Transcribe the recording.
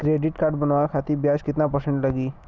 Credit card बनवाने खातिर ब्याज कितना परसेंट लगी?